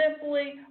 simply